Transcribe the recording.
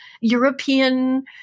European